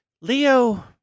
Leo